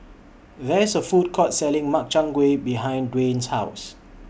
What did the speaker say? There IS A Food Court Selling Makchang Gui behind Dwain's House